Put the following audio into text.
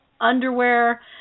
underwear